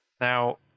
Now